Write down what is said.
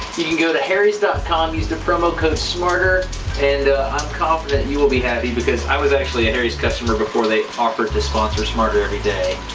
you can go to harrys ah com, use the promo code smarter and i'm confident you will be happy because i was actually a harrys customer before they offered to sponsor smarter every day.